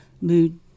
mood